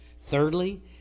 Thirdly